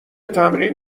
تمرین